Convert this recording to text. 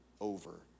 over